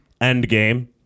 Endgame